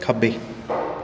ਖੱਬੇ